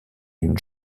une